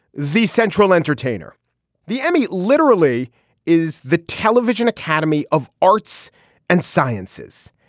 the central entertainer the emmy literally is the television academy of arts and sciences.